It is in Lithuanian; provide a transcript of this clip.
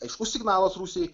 aiškus signalas rusijai